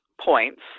points